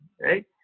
right